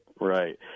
Right